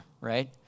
right